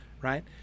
right